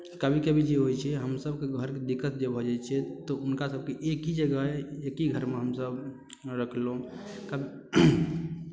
कभी कभी जे होइ छै हमसभकेँ घरके दिक्कत जे भऽ जाइ छै तऽ हुनकासभके एक ही जगह एक ही घरमे हमसभ रखलहुँ कम